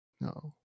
No